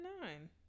nine